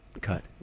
Cut